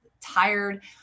tired